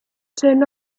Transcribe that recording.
turn